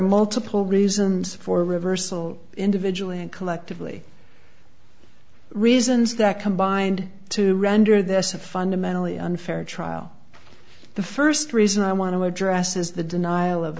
multiple reasons for reversal individually and collectively reasons that combined to render this a fundamentally unfair trial the first reason i want to address is the denial of